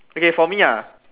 okay for me ah